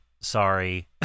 sorry